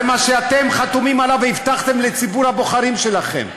זה מה שאתם חתומים עליו והבטחתם לציבור הבוחרים שלכם.